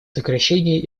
сокращении